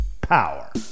power